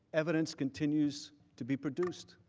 evidence continues to be produced.